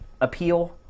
appeal